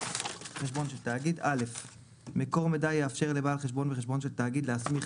43.חשבון של תאגיד מקור מידע יפשר לבעל חשבון בחשבון של תאגד להסמיך,